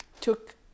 took